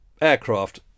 aircraft